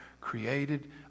created